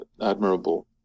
admirable